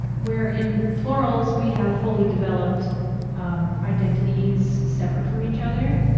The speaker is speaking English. where in plurals we have fully developed identities separate from each other,